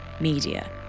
media